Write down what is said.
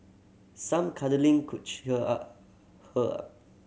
some cuddling could cheer up her up